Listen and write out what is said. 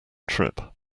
trip